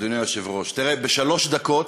שלוש דקות.